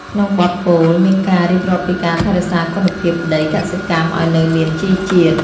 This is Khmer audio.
ក្នុងបទពោល មានការរៀបរាប់ពីការថែរក្សាគុណភាពដីកសិកម្មឱ្យនៅមានជីជាតិ។